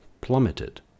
plummeted